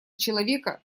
человека